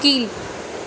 கீழ்